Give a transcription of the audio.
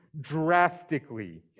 drastically